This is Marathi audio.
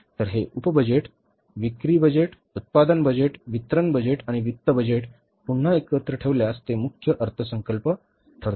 तर हे उप बजेट विक्री बजेट उत्पादन बजेट वितरण बजेट आणि वित्त बजेट पुन्हा एकत्र ठेवल्यास ते मुख्य अर्थसंकल्प ठरते